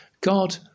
God